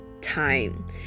time